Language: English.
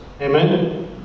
Amen